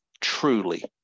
Truly